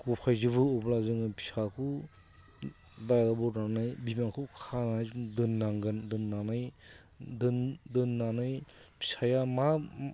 गफायजोबो अब्ला जोङो फिसाखौ दा बहननानै बिमाखौ खानानै दोननांगोन दोननानै दोननानै फिसाया मा